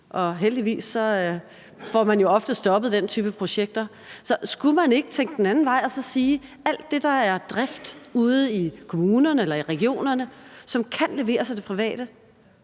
og heldigvis får man jo ofte stoppet den type projekter. Så skulle man ikke tænke den anden vej og spørge: Hvorfor ikke lade det private gøre alt det, der handler om drift ude i kommunerne eller regionerne, som kan leveres af private?